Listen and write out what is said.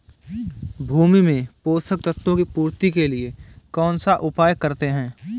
भूमि में पोषक तत्वों की पूर्ति के लिए कौनसा उपाय करते हैं?